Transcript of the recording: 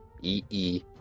E-E